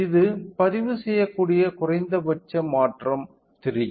இது பதிவு செய்யக்கூடிய குறைந்தபட்ச மாற்றம் 3 0